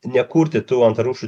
nekurti tų antrarūšių